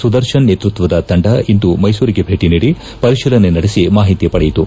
ಸುದರ್ಶನ್ ನೇತೃತ್ವದ ತಂಡ ಇಂದು ಮೈಸೂರಿಗೆ ಭೇಟಿ ನೀಡಿ ಪರಿತೀಲನೆ ನಡೆಸಿ ಮಾಹಿತಿ ಪಡೆಯಿತು